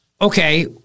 okay